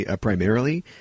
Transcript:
primarily